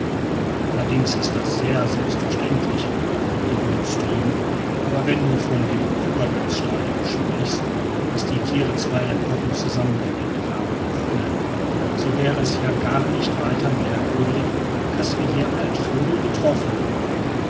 allerdings ist das sehr selbstverständilich nickte wonström aber wenn du von dem übergangsstadium sprichst daß die tiere zweier epochen zusammen gelebt haben können so wäre es ja gar nicht weiter merkwürdig daß wir hier altvögel getroffen haben